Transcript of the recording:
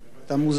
אתה מוזמן.